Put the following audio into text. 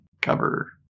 cover